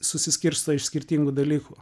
susiskirsto iš skirtingų dalykų